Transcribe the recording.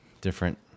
different